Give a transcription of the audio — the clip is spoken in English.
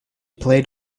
played